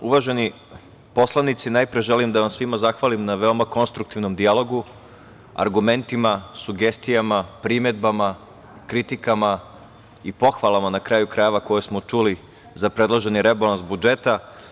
Uvaženi poslanici, najpre želim da vam se svima zahvalim na veoma konstruktivnom dijalogu, argumentima, sugestijama, primedbama, kritikama i pohvalama na kraju krajeva, koje smo čuli za predloženi rebalans budžeta.